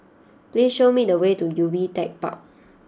please show me the way to Ubi Tech Park